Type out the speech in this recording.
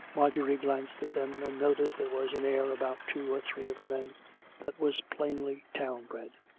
marjorie glanced at them, and noticed there was an air about two or three of the men that was plainly town-bred